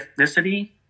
ethnicity